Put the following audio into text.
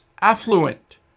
affluent